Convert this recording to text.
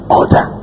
order